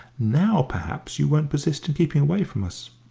now perhaps you won't persist in keeping away from us?